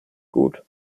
gut